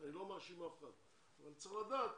אני לא מאשים אף אחד אבל צריך לדעת.